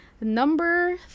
Number